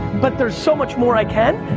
but there's so much more i can.